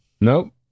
Nope